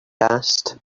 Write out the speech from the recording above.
asked